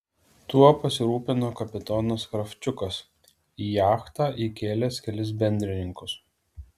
tuo pasirūpino kapitonas kravčiukas į jachtą įkėlęs kelis bendrininkus